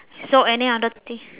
so any other thing